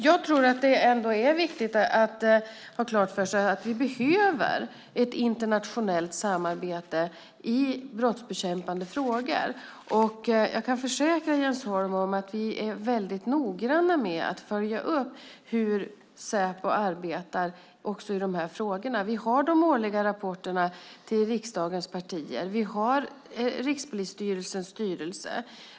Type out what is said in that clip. Jag tror att det är viktigt att ha klart för sig att vi behöver ett internationellt samarbete i brottsbekämpande frågor. Och jag kan försäkra Jens Holm om att vi är väldigt noggranna med att följa upp hur Säpo arbetar också i de här frågorna. Vi har de årliga rapporterna till riksdagens partier och vi har Rikspolisstyrelsens styrelse.